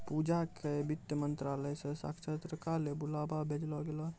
पूजा क वित्त मंत्रालय स साक्षात्कार ल बुलावा भेजलो गेलै